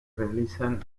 realizan